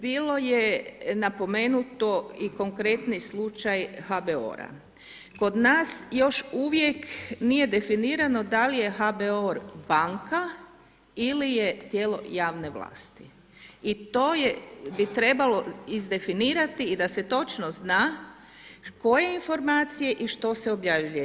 Bilo je i napomenuto i konkretni slučaj HBOR-a, kod nas još uvijek nije definiralo da je HABOR, banka ili je tijelo javno vlasti i to bi trebalo iz definirati i da se točno zna, koje informacije i što se objavljuje.